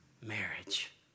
marriage